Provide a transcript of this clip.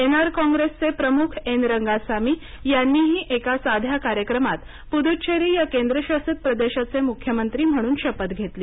N R कॉंग्रेसचे प्रमुख N Rangasamy यांनीही एका साध्या कार्यक्रमात पुदुच्चेरी या केंद्रशासित प्रदेशाचे मुख्यमंत्री म्हणून शपथ घेतली